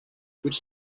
which